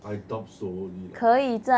I doubt so only lah